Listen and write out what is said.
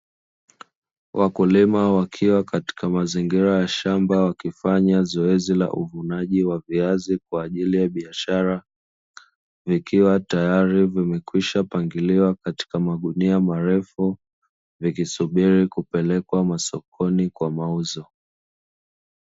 Wakulima wakiwa katika mazingira ya shamba wakifanya zoezi la uvunaji wa viazi kwa ajili ya biashara, vikiwa tayari vimekwisha pangiliwa katika magunia marefu vikisubiri kupelekwa masokoni kwa mauzo.